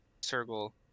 Circle